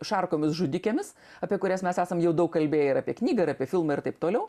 šarkomis žudikėmis apie kurias mes esam jau daug kalbėję ir apie knygą ir apie filmą ir taip toliau